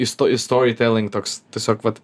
isto i story telling toks tiesiog vat